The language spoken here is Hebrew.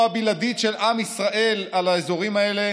הבלעדית של עם ישראל על האזורים האלה,